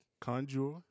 Conjure